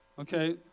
Okay